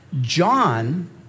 John